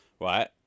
right